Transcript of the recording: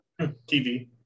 TV